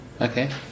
okay